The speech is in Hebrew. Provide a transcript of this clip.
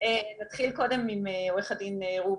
נתחיל קודם עם עו"ד רובין: